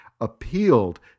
appealed